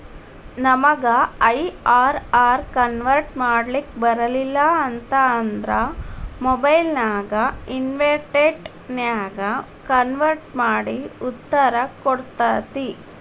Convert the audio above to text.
ನಮಗ IRR convert ಮಾಡ್ಲಿಕ್ ಬರಲಿಲ್ಲ ಅಂತ ಅಂದ್ರ ಮೊಬೈಲ್ ನ್ಯಾಗ ಇನ್ಟೆರ್ನೆಟ್ ನ್ಯಾಗ ಕನ್ವರ್ಟ್ ಮಡಿ ಉತ್ತರ ಕೊಡ್ತತಿ